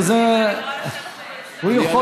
הוא פנה אליי באופן אישי,